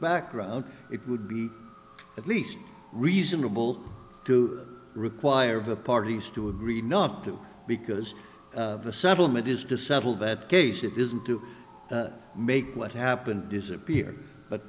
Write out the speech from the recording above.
background it would be at least reasonable to require the parties to agree not to because the settlement is to settle that case it isn't to make what happened disappear but